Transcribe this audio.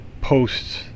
posts